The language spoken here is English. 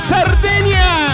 Sardinia